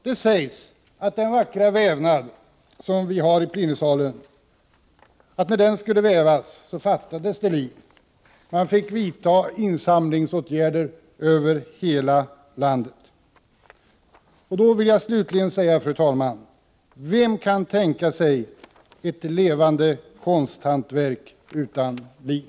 Det sägs att när den vackra vävnad som pryder plenisalen skulle utföras fattades det lin. Man fick vidta insamlingsåtgärder över hela landet. Jag vill, fru talman, då slutligen säga: Vem kan tänka sig ett levande konsthantverk utan lin?